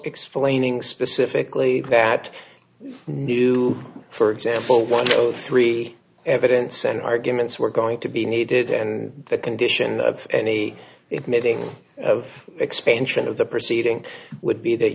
explaining specifically that new for example one row three evidence and arguments were going to be needed and the condition of any it maybe of expansion of the proceeding would be that